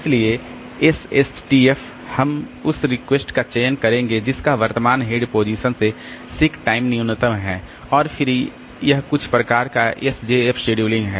इसलिए एसएसटीएफ में हम उस रिक्वेस्ट का चयन करेंगे जिसका वर्तमान हेड पोजीशन से सीक टाइम न्यूनतम है और फिर यह कुछ प्रकार का एसजेएफ शेडूलिंग है